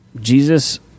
Jesus